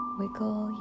wiggle